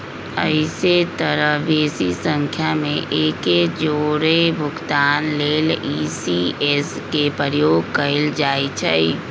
अइसेए तऽ बेशी संख्या में एके जौरे भुगतान लेल इ.सी.एस के प्रयोग कएल जाइ छइ